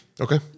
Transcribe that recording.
Okay